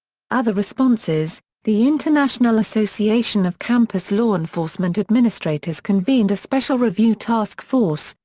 other responses the international association of campus law enforcement administrators convened a special review task force,